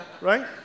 Right